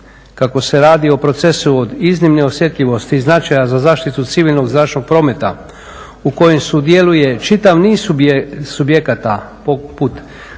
kako se radi o procesu od iznimne osjetljivosti i značaja za zaštitu civilnog zračnog prometa u kojem sudjeluje čitav niz subjekata poput